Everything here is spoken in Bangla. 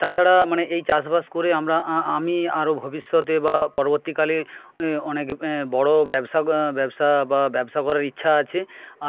তাছাড়া মানে এই চাষবাস করে আমরা আমি আরও ভবিষ্যতে বা পরবর্তীকালে অনেক বড়ো ব্যবসা ব্যবসা বা ব্যবসা করার ইচ্ছা আছে